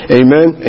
amen